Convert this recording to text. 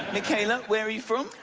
michaela, where are you from?